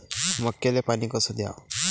मक्याले पानी कस द्याव?